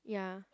ya